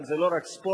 אבל זה לא רק ספורט,